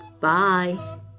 Bye